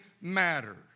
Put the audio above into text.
matter